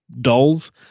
dolls